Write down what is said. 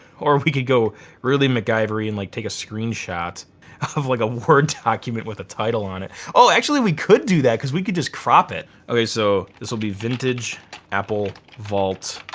or we could go really macgyvery and like take a screenshot of like a war document with a title on it. oh actually we could do that cause we could just crop it. okay so this'll be vintage apple vault